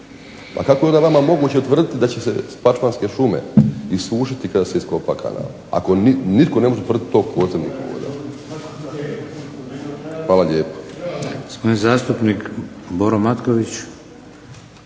A kako je onda vama moguće utvrditi da će se Spačvanske šume isušiti kada se iskopa kanal, ako nitko ne može utvrditi tok podzemnih voda. Hvala lijepa.